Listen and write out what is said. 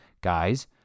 guys